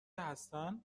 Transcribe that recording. هستن